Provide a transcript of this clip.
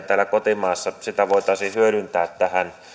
täällä kotimaassa voitaisiin hyödyntää tähän